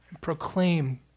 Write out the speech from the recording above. proclaim